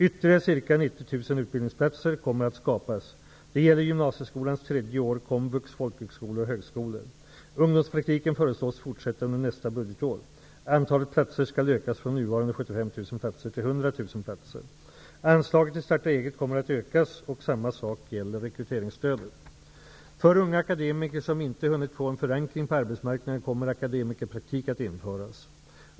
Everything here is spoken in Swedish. Ytterligare ca 90 000 utbildningsplatser kommer att skapas. Det gäller gymnasieskolans tredje år, Starta-eget kommer att ökas och samma sak gäller rekryteringsstödet. För unga akademiker som inte hunnit få en förankring på arbetsmarknaden kommer akademikerpraktik att införas.